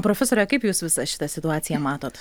profesore kaip jūs visą šitą situaciją matot